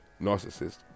narcissist